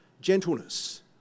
gentleness